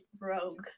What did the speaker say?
rogue